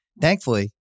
Thankfully